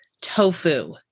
tofu